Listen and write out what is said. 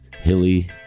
hilly